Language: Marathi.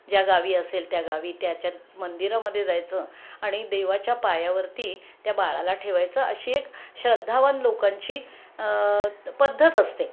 ज्या गावी असेल त्या गावी त्याच्यात मंदिरामध्ये जायचं आणि देवाच्या पायावरती त्या बाळाला ठेवायचं अशी एक श्रद्धावान लोकांची पद्धत असते